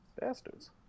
Bastards